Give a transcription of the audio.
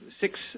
six